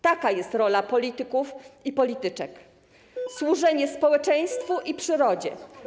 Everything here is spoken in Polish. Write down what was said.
Taka jest rola polityków i polityczek: służenie społeczeństwu i przyrodzie.